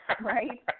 Right